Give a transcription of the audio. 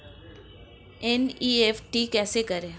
NEFT कैसे करें?